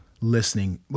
listening